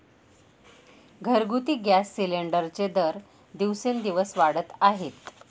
घरगुती गॅस सिलिंडरचे दर दिवसेंदिवस वाढत आहेत